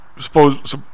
suppose